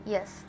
Yes